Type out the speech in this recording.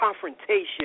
confrontation